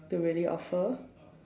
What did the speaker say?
to really offer